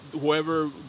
whoever